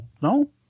No